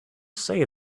say